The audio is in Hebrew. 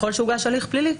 ככל שהוגש הליך פלילי,